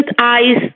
eyes